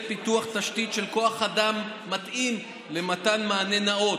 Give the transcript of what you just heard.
פיתוח תשתית של כוח אדם מתאים למתן מענה נאות,